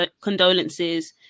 condolences